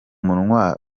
munwa